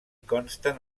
consten